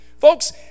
Folks